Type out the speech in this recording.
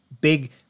big